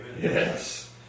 Yes